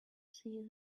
see